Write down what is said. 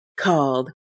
called